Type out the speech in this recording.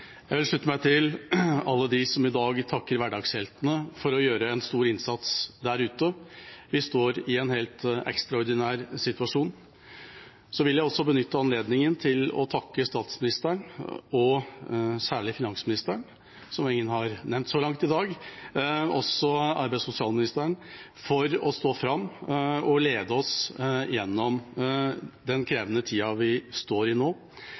Jeg vil slutte meg til alle dem som i dag takker hverdagsheltene for å gjøre en stor innsats der ute. Vi står i en helt ekstraordinær situasjon. Jeg vil også benytte anledningen til å takke statsministeren og særlig finansministeren, som ingen har nevnt så langt i dag, og også arbeids- og sosialministeren for å stå fram og lede oss gjennom den krevende tida vi står i nå.